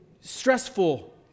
stressful